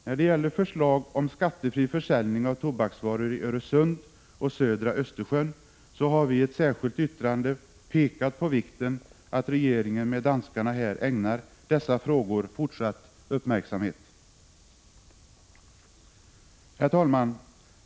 När det gäller förslag om skattefri försäljning av tobaksvaror i Öresund och södra Östersjön har vi i ett särskilt yttrande pekat på vikten av att regeringen tillsammans med danskarna ägnar dessa frågor fortsatt uppmärksamhet. Herr talman!